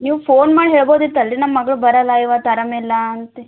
ನೀವು ಫೋನ್ ಮಾಡಿ ಹೇಳ್ಬಹುದಿತ್ತಲ್ಲ ರೀ ನಮ್ಮ ಮಗ್ಳು ಬರೋಲ್ಲಇವತ್ತು ಆರಾಮಿಲ್ಲಾ ಅಂತ